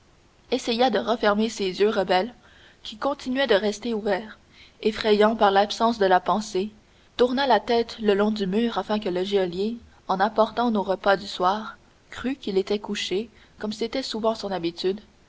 essaya de refermer ces yeux rebelles qui continuaient de rester ouverts effrayants par l'absence de la pensée tourna la tête le long du mur afin que le geôlier en apportant son repas du soir crût qu'il était couché comme c'était souvent son habitude